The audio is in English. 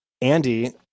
Andy